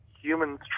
humans